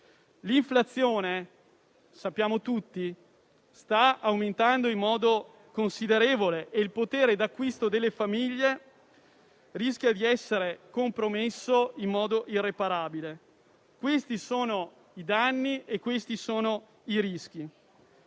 l'inflazione sta aumentando in modo considerevole e il potere d'acquisto delle famiglie rischia di essere compromesso in modo irreparabile. Questi sono i danni e questi sono i rischi.